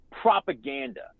propaganda